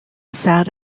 sat